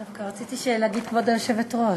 דווקא רציתי להגיד "כבוד היושבת-ראש".